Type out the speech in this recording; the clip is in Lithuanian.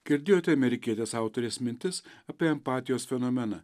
girdėjote amerikietės autorės mintis apie empatijos fenomeną